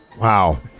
Wow